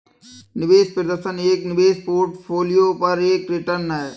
निवेश प्रदर्शन एक निवेश पोर्टफोलियो पर एक रिटर्न है